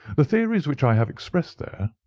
the theories which i have expressed there,